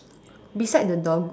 beside the doggo